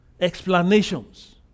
explanations